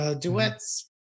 Duet's